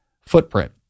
footprint